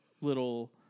little